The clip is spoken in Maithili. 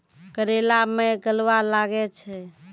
करेला मैं गलवा लागे छ?